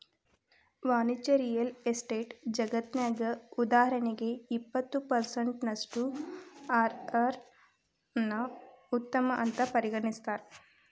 ವಾಣಿಜ್ಯ real estate ಜಗತ್ನ್ಯಗ, ಉದಾಹರಣಿಗೆ, ಇಪ್ಪತ್ತು ಪರ್ಸೆನ್ಟಿನಷ್ಟು ಅರ್.ಅರ್ ನ್ನ ಉತ್ತಮ ಅಂತ್ ಪರಿಗಣಿಸ್ತಾರ